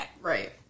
Right